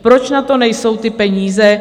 Proč na to nejsou peníze?